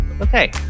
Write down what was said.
okay